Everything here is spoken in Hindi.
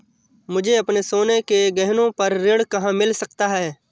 मुझे अपने सोने के गहनों पर ऋण कहाँ मिल सकता है?